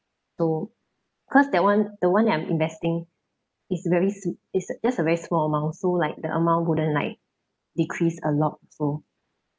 so cause that one the one that I'm investing is very s~ is just a very small amount so like the amount wouldn't like decrease a lot so